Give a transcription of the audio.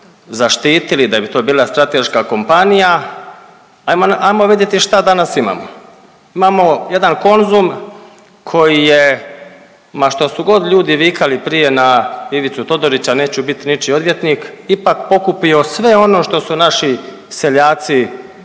zaštitili da bi to bila strateška kompanija hajmo vidjeti šta danas imamo. Imamo jedan Konzum koji je ma što su god ljudi vikali prije na Ivicu Todorića neću biti ničiji odvjetnik ipak pokupio sve ono što su naši seljaci